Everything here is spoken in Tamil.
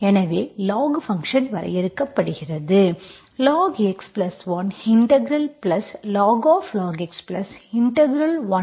எனவே log ஃபங்சன் வரையறுக்கப்படுகிறது log x plus 1 integral plus